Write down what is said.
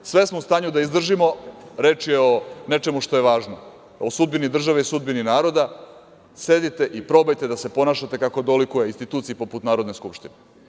Sve smo u stanju da izdržimo, reč je o nečemu što je važno, o sudbini države i sudbini naroda, sedite i probajte da se ponašate kako dolikuje instituciji poput Narodne skupštine.